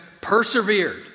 persevered